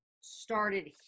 started